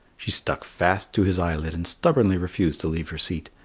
she stuck fast to his eyelid and stubbornly refused to leave her seat,